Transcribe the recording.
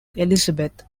elizabeth